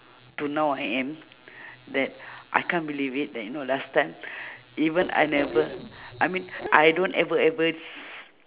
to now I am that I can't believe it that you know last time even I never I mean I don't ever ever s~